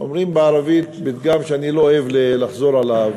אומרים בערבית פתגם שאני לא אוהב לחזור עליו,